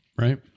Right